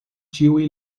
ĉiuj